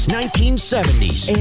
1970s